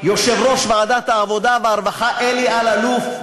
יושב-ראש ועדת העבודה והרווחה אלי אלאלוף,